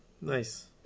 Nice